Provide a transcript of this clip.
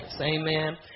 Amen